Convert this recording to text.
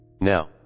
Now